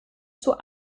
zur